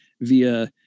via